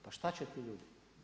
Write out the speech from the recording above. Pa šta će ti ljudi?